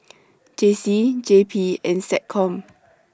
J C J P and Seccom